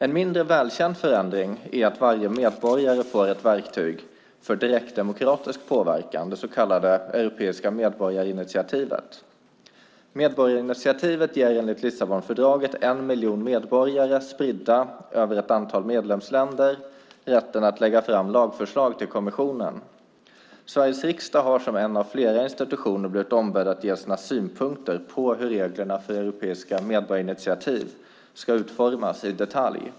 En mindre välkänd förändring är att varje medborgare får ett verktyg för direktdemokratisk påverkan, det så kallade europeiska medborgarinitiativet. Medborgarinitiativet ger enligt Lissabonfördraget en miljon medborgare, spridda över ett antal medlemsländer, rätten att lägga fram lagförslag till kommissionen. Sveriges riksdag har som en av flera institutioner blivit ombedd att ge sina synpunkter på hur reglerna för europeiska medborgarinitiativ ska utformas i detalj.